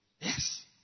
Yes